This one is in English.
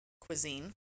cuisine